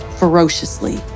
ferociously